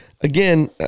again